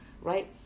Right